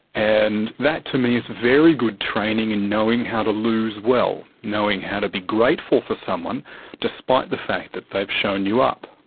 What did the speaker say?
and that to me is very good training in and knowing how to lose well, knowing how to be grateful for someone despite the fact that they've shown you up.